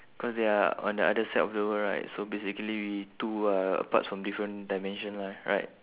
cause they are on the other side of the world right so basically we two are apart from different dimension lah right